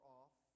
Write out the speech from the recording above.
off